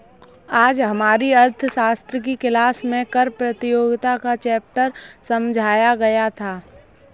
आज हमारी अर्थशास्त्र की क्लास में कर प्रतियोगिता का चैप्टर समझाया गया था